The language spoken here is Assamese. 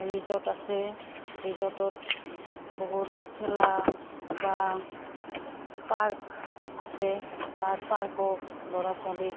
ৰিজৰ্ট আছে ৰিজৰ্টত বহুত খেলা বা পাৰ্ক আছে তাৰ পাৰ্কক ল'ৰা ছোৱালীক